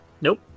Nope